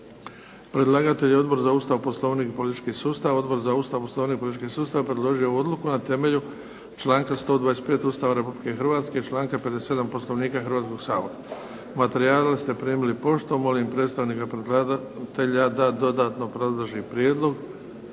sustav. Odbor za Ustav, Poslovnik i politički sustav predložio je ovu Odluku na temelju članka 125. Ustava Republike Hrvatske, članka 57. poslovnika Hrvatskoga sabora. Materijale ste primili poštom, molim predstavnika predlagatelja da dodatno obrazloži prijedlog.